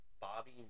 Bobby